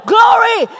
Glory